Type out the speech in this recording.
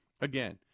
again